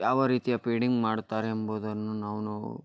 ಯಾವ ರೀತಿಯ ಪೀಡಿಂಗ್ ಮಾಡುತ್ತಾರೆ ಎಂಬುವುದನ್ನು ನಾವು ನೋ